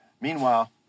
Meanwhile